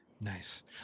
nice